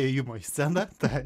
įėjimo į sceną tą